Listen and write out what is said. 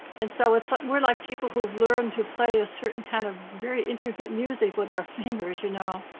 and so it's like, we're like people who've learned to play a certain kind of very intricate music with our fingers, you know.